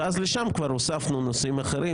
ואז לשם כבר הוספנו נושאים אחרים,